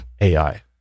AI